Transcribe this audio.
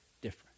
different